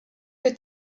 que